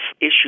issue